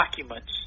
documents